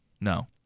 no